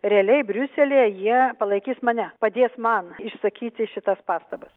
realiai briuselyje jie palaikys mane padės man išsakyti šitas pastabas